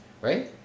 right